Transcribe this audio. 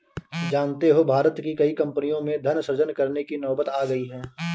जानते हो भारत की कई कम्पनियों में धन सृजन करने की नौबत आ गई है